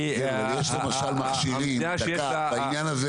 בעניין הזה